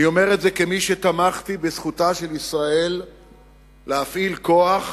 אני אומר את זה כמי שתמך בזכות שהיתה לישראל להפעיל כוח